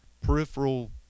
peripheral